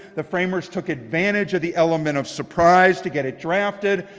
the framers took advantage of the element of surprise to get it drafted.